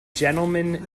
gentlemen